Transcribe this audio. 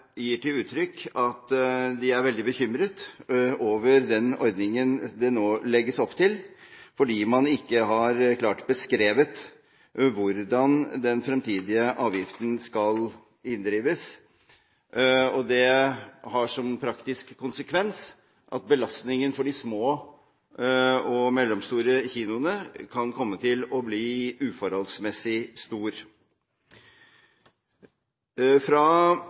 gir til uttrykk at de er veldig bekymret over den ordningen det nå legges opp til, fordi man ikke har klart beskrevet hvordan den fremtidige avgiften skal inndrives. Det har som praktisk konsekvens at belastningen for de små og mellomstore kinoene kan komme til å bli uforholdsmessig stor. Fra